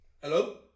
Hello